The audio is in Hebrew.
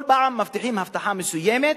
כל פעם מבטיחים הבטחה מסוימת,